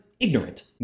ignorant